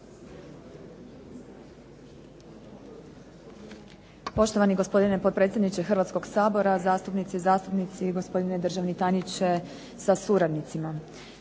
Poštovani gospodine potpredsjedniče Hrvatskoga sabora, zastupnice i zastupnici, gospodine državni tajniče sa suradnicima.